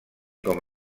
com